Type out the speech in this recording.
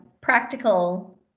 practical